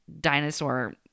dinosaur